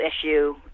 issue